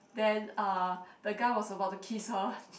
then uh the guy was about to kiss her